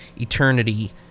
eternity